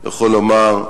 יכול לומר: